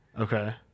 Okay